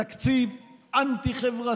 זה תקציב אנטי-חברתי,